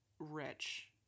Rich